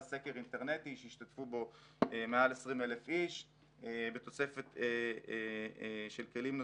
סקר אינטרנטי שהשתתפו בו מעל 20,000 איש בתוספת של כלים נוספים,